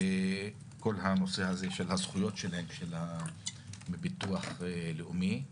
וכל הנושא הזה של הזכויות שלהם מול ביטוח לאומי.